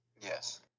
Yes